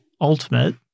ultimate